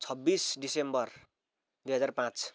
छब्बिस दिसम्बर दुई हजार पाँच